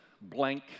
blank